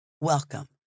Welcome